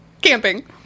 Camping